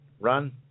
run